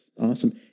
awesome